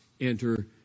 enter